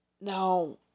Now